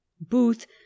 Booth